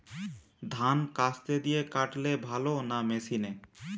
ধান কাস্তে দিয়ে কাটলে ভালো না মেশিনে?